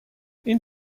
این